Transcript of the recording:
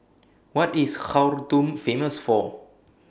What IS Khartoum Famous For